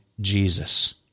Jesus